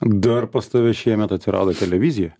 dar pas tave šiemet atsirado televizija